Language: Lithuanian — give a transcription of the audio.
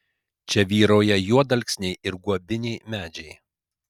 čia vyrauja juodalksniai ir guobiniai medžiai